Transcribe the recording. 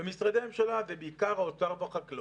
משרדי הממשלה, בעיקר האוצר והחקלאות,